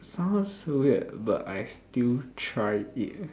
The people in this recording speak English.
sounds so weird but I still try it